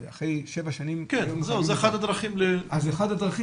זו אחת הדרכים ל --- אז אחת הדרכים